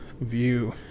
view